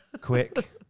Quick